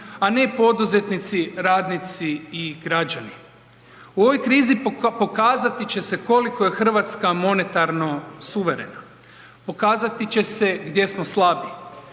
a ne poduzetnici, radnici i građani. U ovoj krizi pokazati će se koliko je Hrvatska monetarno suverena, pokazati će se gdje smo slabi.